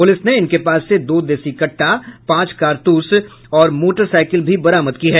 police ने इनके पास से दो देशी कहा पांच कारतूस और मोटरसाइकिल भी बरामद की है